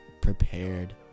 prepared